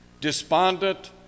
despondent